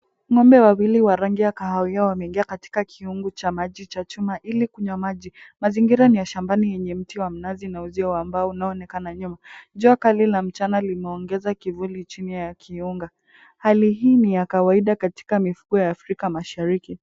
Ng'ombe wawili wa rangi ya kahawia wameingia katika kiungu cha maji cha chuma ili kunywa maji. Mazingira ni ya shambani yenye mti wa mnazi na uzio wa mbao unaoonekana nyuma. Jua kali la mchana limeongeza kivuli chini ya kiunga. Hali hii ni ya kawaida katika mifugo ya Afrika mashariki.